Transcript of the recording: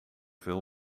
veel